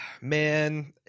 Man